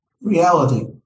reality